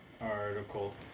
Article